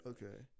Okay